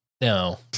No